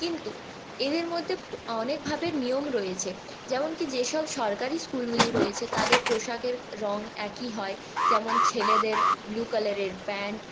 কিন্তু এদের মধ্যে অনেকভাবে নিয়ম রয়েছে যেমন কি যেসব সরকারি স্কুলগুলি রয়েছে তাদের পোশাকের রঙ একই হয় যেমন ছেলেদের ব্লু কালারের প্যান্ট